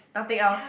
nothing else